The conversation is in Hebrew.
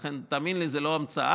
לכן, תאמין לי, זה לא המצאה